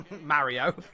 Mario